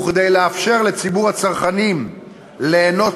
וכדי לאפשר לציבור הצרכנים ליהנות